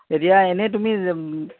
এতিয়া এনেই তুমি